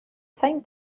same